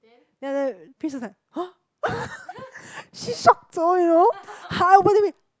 then after that Pris was like !huh! she shock you know !huh!